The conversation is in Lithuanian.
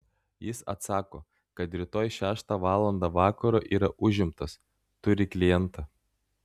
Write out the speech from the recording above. jis atsako kad rytoj šeštą valandą vakaro yra užimtas turi klientą